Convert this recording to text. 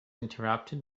interrupted